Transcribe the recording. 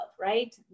right